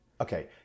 okay